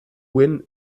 win